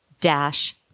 dash